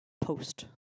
post